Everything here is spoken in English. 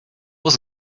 was